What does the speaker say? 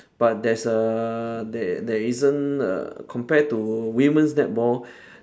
but there's a there there isn't err compared to women's netball